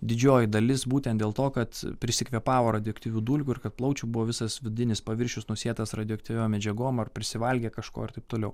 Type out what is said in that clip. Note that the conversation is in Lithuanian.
didžioji dalis būtent dėl to kad prisikvėpavo radioaktyvių dulkių ir kad plaučių buvo visas vidinis paviršius nusėtas radioaktyviom medžiagom ar prisivalgė kažko ir taip toliau